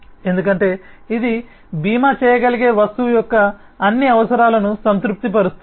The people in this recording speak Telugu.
ఎందుకంటే ఇది బీమా చేయగలిగే వస్తువు యొక్క అన్ని అవసరాలను సంతృప్తిపరుస్తుంది